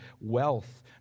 wealth